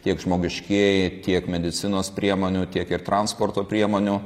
tiek žmogiškieji tiek medicinos priemonių tiek ir transporto priemonių